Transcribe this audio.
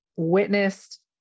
witnessed